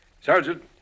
Sergeant